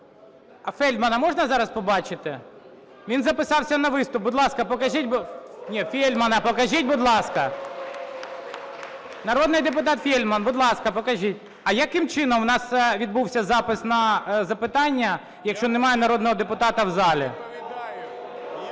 А Фельдмана можна зараз побачити? Він записався на виступ. Будь ласка, покажіть… Ні, Фельдмана покажіть, будь ласка. Народний депутат Фельдман, будь ласка, покажіть. А яким чином у нас відбувся запис на запитання, якщо немає народного депутата в залі? (Шум у залі)